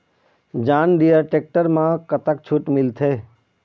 John Deere tractor म कतक छूट मिलथे?